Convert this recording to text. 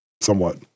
Somewhat